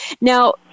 Now